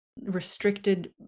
restricted